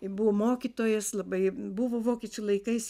buvo mokytojas labai buvo vokiečių laikais